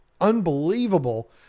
unbelievable